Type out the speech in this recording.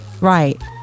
Right